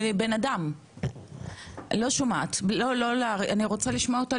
אני רוצה לשמוע אותה.